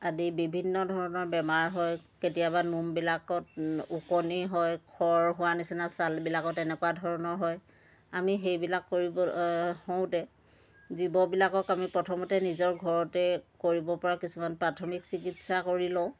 আদি বিভিন্ন ধৰণৰ বেমাৰ হয় কেতিয়াবা নোমবিলাকত ওকণি হয় খৰ হোৱা নিচিনা চালবিলাকত এনেকুৱা ধৰণৰ হয় আমি সেইবিলাক কৰিব হওঁতে জীৱবিলাকক আমি প্ৰথমতে নিজৰ ঘৰতে কৰিব পৰা কিছুমান প্ৰাথমিক চিকিৎসা কৰি লওঁ